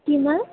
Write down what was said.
केमा